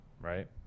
right